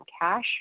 cash